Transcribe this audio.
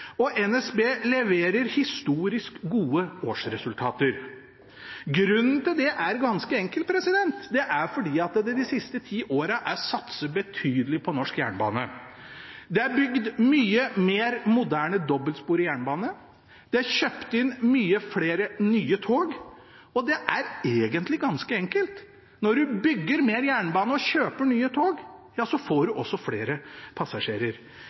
og NSB leverer historisk gode årsresultater. Grunnen til det er ganske enkel, det er fordi det de siste ti årene er satset betydelig på norsk jernbane. Det er bygd mye mer moderne dobbeltsporet jernbane, det er kjøpt inn mange flere nye tog, og det er egentlig ganske enkelt: Når man bygger mer jernbane og kjøper nye tog, får man også flere passasjerer.